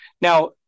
Now